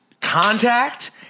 contact